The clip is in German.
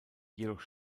jedoch